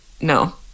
no